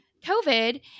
COVID